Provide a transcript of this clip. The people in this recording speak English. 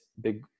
big